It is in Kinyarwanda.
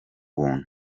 buntu